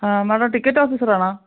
ആ madam ticket officer ആണോ